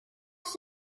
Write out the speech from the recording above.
بخش